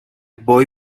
boy